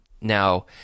now